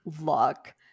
luck